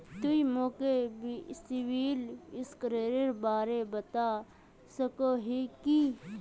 तुई मोक सिबिल स्कोरेर बारे बतवा सकोहिस कि?